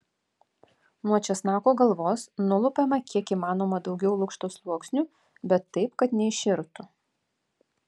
nuo česnako galvos nulupame kiek įmanoma daugiau lukšto sluoksnių bet taip kad neiširtų